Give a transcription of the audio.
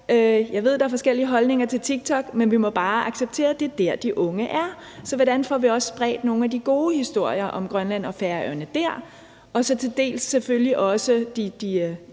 Jeg ved, at der er forskellige holdninger til TikTok, men vi må bare acceptere, at det er der, de unge er. Så hvordan får vi også spredt nogle af de gode historier om Grønland og Færøerne der, og så til dels selvfølgelig også i